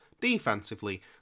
Defensively